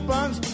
Buns